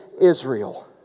Israel